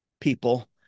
people